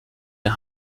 der